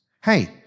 hey